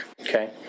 Okay